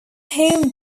home